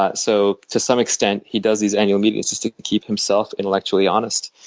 but so to some extent, he does these annual meetings just to keep himself intellectually honest.